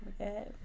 okay